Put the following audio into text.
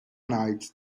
night